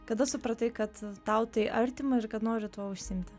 kada supratai kad tau tai artima ir kad nori tuo užsiimti